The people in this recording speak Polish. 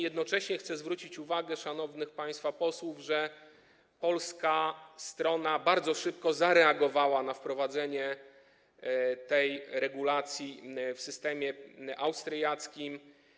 Jednocześnie chcę zwrócić uwagę szanownych państwa posłów, że polska strona bardzo szybko zareagowała na wprowadzenie tej regulacji w systemie austriackim.